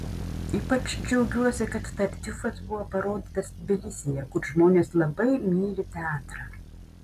ypač džiaugiuosi kad tartiufas buvo parodytas tbilisyje kur žmonės labai myli teatrą